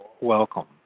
welcome